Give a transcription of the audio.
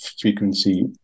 frequency